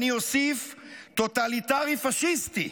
ואני אוסיף, טוטליטרי פשיסטי.